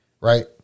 right